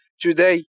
Today